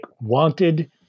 wanted